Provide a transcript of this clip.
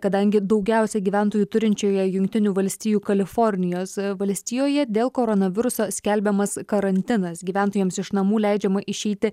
kadangi daugiausiai gyventojų turinčioje jungtinių valstijų kalifornijos valstijoje dėl koronaviruso skelbiamas karantinas gyventojams iš namų leidžiama išeiti